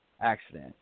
accident